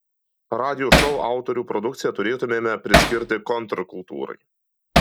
radijo šou autorių produkciją turėtumėme priskirti kontrkultūrai